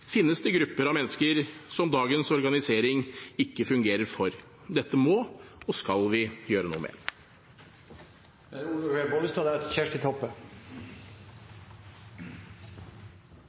finnes det grupper av mennesker som dagens organisering ikke fungerer for. Dette må og skal vi gjøre noe med. Vi vedtar i denne saken en rekke endringer i helse- og